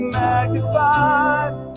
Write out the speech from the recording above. magnified